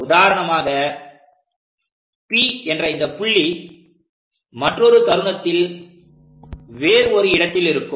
உதாரணமாக P என்ற இந்த புள்ளி மற்றொரு தருணத்தில் வேறு ஒரு இடத்தில் இருக்கும்